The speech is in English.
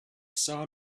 saw